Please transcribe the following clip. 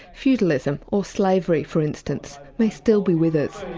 feudalism, or slavery, for instance, may still be with us.